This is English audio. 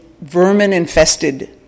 vermin-infested